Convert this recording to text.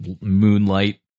moonlight